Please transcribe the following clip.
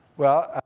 well,